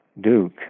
Duke